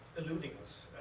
eluding us,